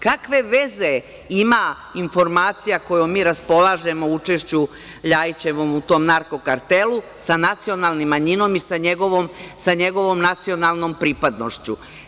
Kakve veze ima informacija kojom mi raspolažemo o učešću LJajićevom u tom narko kartelu sa nacionalnom manjinom i sa njegovom nacionalnom pripadnošću.